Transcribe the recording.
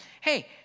Hey